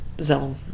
zone